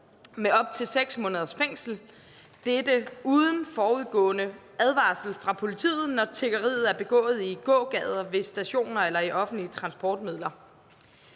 med op til 6 måneders fængsel – dette uden forudgående advarsel fra politiet – når tiggeriet er foregået i gågader, ved stationer eller i offentlige transportmidler.